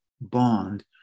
bond